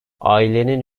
ailenin